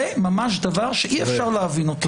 זה ממש דבר שאי אפשר להבין אותו.